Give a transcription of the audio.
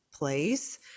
place